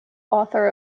author